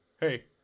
hey